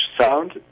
sound